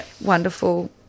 Wonderful